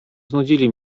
znudzili